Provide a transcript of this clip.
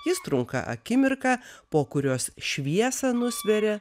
jis trunka akimirką po kurios šviesą nusveria